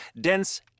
Dense